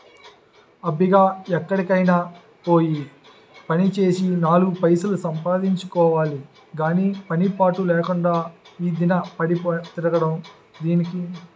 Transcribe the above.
అబ్బిగా ఎక్కడికైనా పోయి పనిచేసి నాలుగు పైసలు సంపాదించుకోవాలి గాని పని పాటు లేకుండా ఈదిన పడి తిరగడం దేనికి?